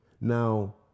Now